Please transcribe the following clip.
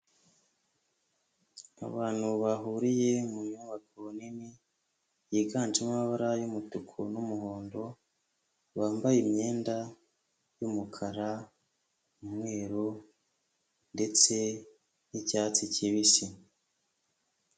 Abantu bahuriye mu nyubako nini yiganjemo amabara y'umutuku n'umuhondo, bambaye imyenda y'umukara umweru ndetse n'icyatsi kibisi.